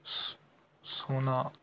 ਸ ਸੋਨਾ